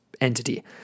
entity